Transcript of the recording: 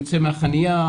יוצא מהחניה,